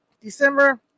December